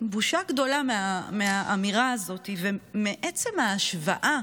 בושה גדולה מהאמירה הזאת ומעצם ההשוואה